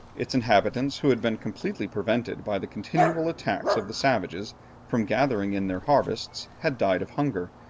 its inhabitants, who had been completely prevented by the continual attacks of the savages from gathering in their harvests, had died of hunger,